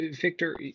Victor